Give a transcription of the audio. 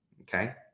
Okay